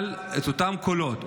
אבל את אותם קולות,